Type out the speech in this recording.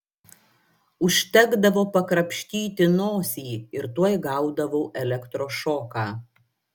užtekdavo pakrapštyti nosį ir tuoj gaudavau elektros šoką